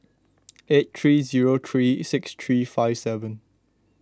eight three zero three six three five seven